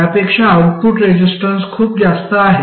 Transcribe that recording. त्यापेक्षा output resistance खूप जास्त आहे